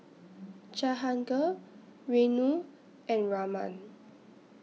Jahangir Renu and Raman